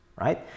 right